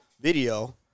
video